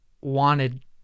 wanted